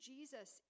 Jesus